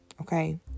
Okay